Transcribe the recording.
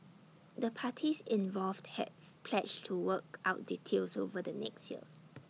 the parties involved have pledged to work out details over the next year